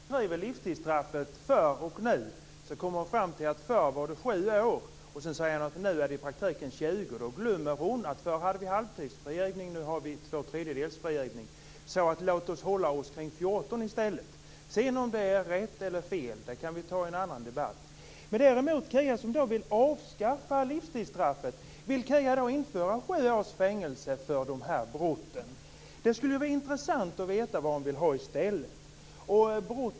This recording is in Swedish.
Fru talman! När Kia Andreasson beskriver livstidsstraffet förr och nu kommer hon fram till att det förut var sju år och att det nu i praktiken är 20 år. Då glömmer hon att vi förut hade halvtidsfrigivning och att vi nu har tvåtredjedelsfrigivning. Låt oss hålla oss kring 14 år i stället. Om det är rätt eller fel kan vi ta i en annan debatt. Kia Andreasson vill avskaffa livstidsstraffet. Vill Kia då införa sju års fängelse för dessa brott? Det skulle vara intressant att veta vad hon vill ha i stället.